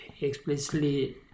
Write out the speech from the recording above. explicitly